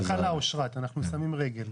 זאת התקלה, אושרת, אנחנו שמים רגל.